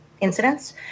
incidents